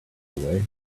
way